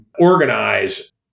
organize